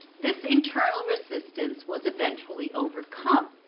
this internal resistance was eventually overcome.